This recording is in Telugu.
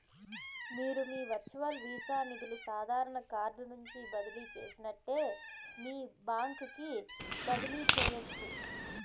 మీరు మీ వర్చువల్ వీసా నిదులు సాదారన కార్డు నుంచి బదిలీ చేసినట్లే మీ బాంక్ కి బదిలీ చేయచ్చు